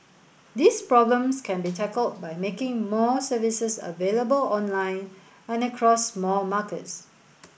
these problems can be tackled by making more services available online and across more markets